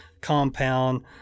compound